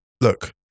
Look